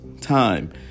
time